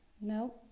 no